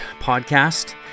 podcast